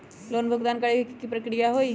Loan भुगतान करे के की की प्रक्रिया होई?